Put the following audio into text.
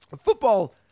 Football